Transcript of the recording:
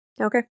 Okay